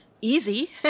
easy